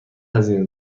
هزینه